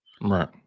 Right